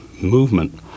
movement